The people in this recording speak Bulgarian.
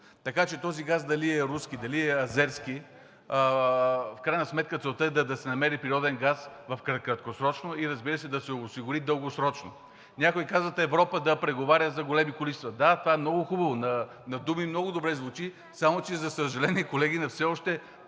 Така че този газ дали е руски, дали е азерски, в крайна сметка целта е да се намери природен газ краткосрочно и разбира се, да се осигури дългосрочно. Някои казват: Европа да преговаря за големи количества. Да, това е много хубаво, на думи много добре звучи, само че, за съжаление, колеги, все още